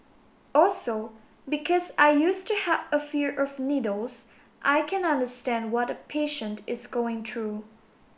also because I used to have a fear of needles I can understand what a patient is going through